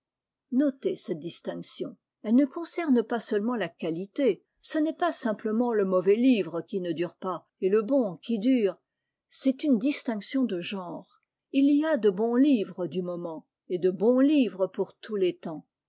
notez cette distinction elle ne concerne pas seulement la qualité ce n'est pas simplement le mauvais livre qui ne dure pas et le bon qui dure c'est une distinction de genres il y a de bons livres du moment et de bons livres pour tous les temps